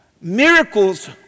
Miracles